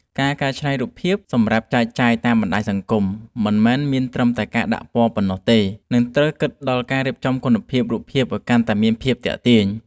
ការកែច្នៃរូបភាពសម្រាប់ចែកចាយតាមបណ្ដាញសង្គមមិនមែនមានត្រឹមតែការដាក់ពណ៌បន្ថែមនោះទេ និង ត្រូវគិតដល់ការរៀបចំគុណភាពរូបឱ្យកាន់តែមានភាពទាក់ទាញ។